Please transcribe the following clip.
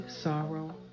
sorrow